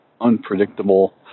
unpredictable